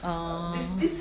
orh